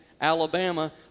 Alabama